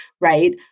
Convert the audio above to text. right